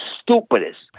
stupidest